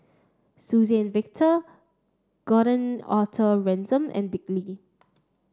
Suzann Victor Gordon Arthur Ransome and Dick Lee